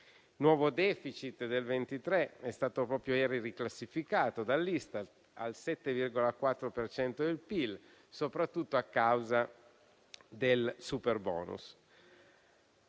nuovo *deficit* del 2023 è stato proprio ieri riclassificato dall'Istat al 7,4 per cento del PIL, soprattutto a causa del superbonus.